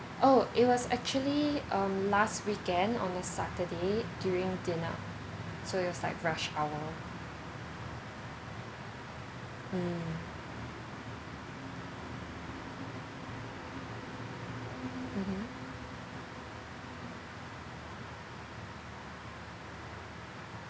oh it was actually um last weekend on a saturday during dinner so it was like rush hour mm mmhmm